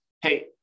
hey